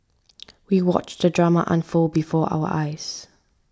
we watched the drama unfold before our eyes